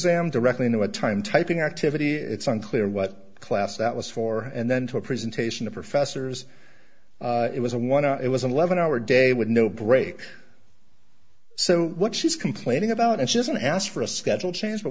exam directly into a time typing activity it's unclear what class that was for and then to a presentation of professors it was a one out it was an eleven hour day with no breaks so what she's complaining about and she doesn't ask for a schedule change but